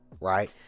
Right